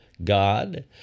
God